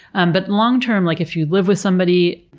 and but long term, like, if you live with somebody,